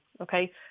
okay